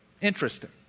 Interesting